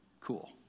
cool